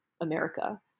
America